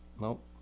Nope